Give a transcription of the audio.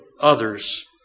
others